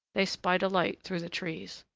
they spied a light through the trees.